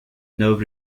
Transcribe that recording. nerve